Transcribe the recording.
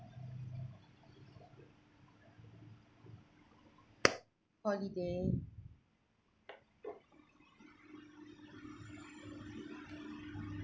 holiday